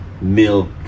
Milk